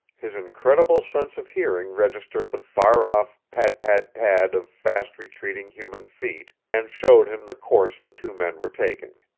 his incredible sense of hearing registered the far-off pad-pad-pad of fast-retreating human feet, and showed him the course the two men were taking.